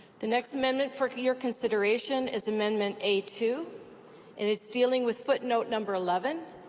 the next amendment for your consideration is amendment a two and it's dealing with footnote number eleven,